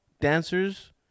dancers